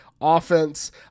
offense